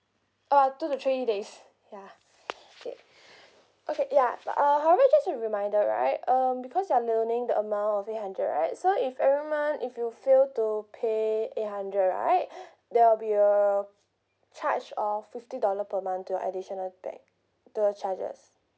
oh two to three days yeah K okay yeah but uh however just a reminder right um because you are loaning the amount of eight hundred right so if every month if you fail to pay eight hundred right there will be a charge of fifty dollar per month to your additional bank the charges